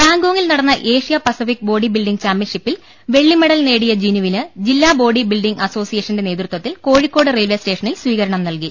ബാങ്കോംഗിൽ നടന്ന Asia Pacific body building ചാംപ്യൻഷിപ്പിൽ വെള്ളിമെഡൽ നേടിയ ജിനുവിന് ജില്ലാ ബോഡി ബിൽഡിംഗ് അസോസിയേഷൻ നേതൃത്വത്തിൽ കോഴിക്കോട് റയിൽവേ സ്റ്റേഷനിൽ സ്വീകരണം നല്കി